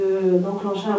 d'enclencher